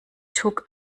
took